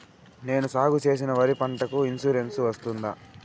నేను సాగు చేసిన వరి పంటకు ఇన్సూరెన్సు వస్తుందా?